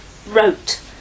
wrote